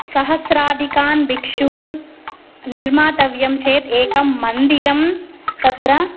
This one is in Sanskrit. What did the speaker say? सहस्रादिकान् बिक्षून् निर्मातव्यं चेत् एकं मन्दिरं तत्र